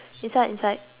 inside inside